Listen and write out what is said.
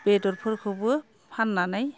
बेदरफोरखौबो फाननानै